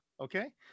Okay